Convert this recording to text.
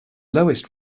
lowest